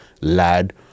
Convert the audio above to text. Lad